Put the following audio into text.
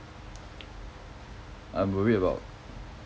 I'm worried about